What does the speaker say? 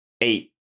eight